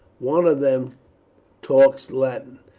one of them talks latin.